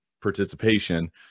participation